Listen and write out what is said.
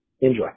Enjoy